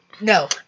No